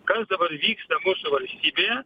kas dabar vyksta valstybėje